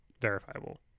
verifiable